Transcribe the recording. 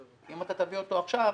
אם אתה תביא אותו עכשיו,